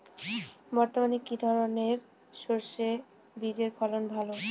বর্তমানে কি ধরনের সরষে বীজের ফলন ভালো?